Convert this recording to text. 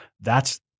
that's-